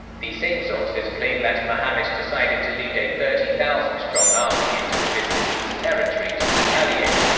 the same sources claim that muhammad decided to lead a thirty thousand strong army into the byzantine territory to retaliate,